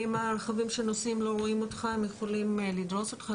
ואם הרכבים שנוסעים לא רואים אותך הם יכולים לדרוס אותך,